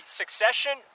succession